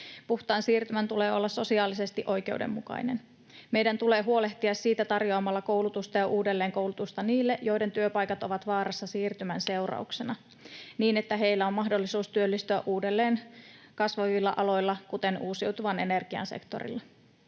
Puhtaan siirtymän tulee olla sosiaalisesti oikeudenmukainen. Meidän tulla huolehtia siitä tarjoamalla koulutusta ja uudelleenkoulutusta niille, joiden työpaikat ovat vaarassa siirtymän seurauksena, niin että heillä on mahdollisuus työllistyä uudelleen kasvavilla aloilla, kuten uusiutuvan energian sektorilla.